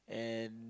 and